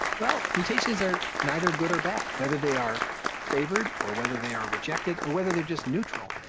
well, mutations are neither good or bad. whether they are favored, or whether they are rejected, or whether they're just neutral,